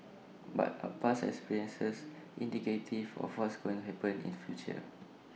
but are past experiences indicative of what's going happen in future